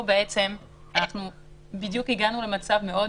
פה בעצם אנחנו בדיוק הגענו למצב מאוד